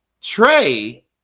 Trey